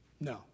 No